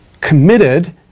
committed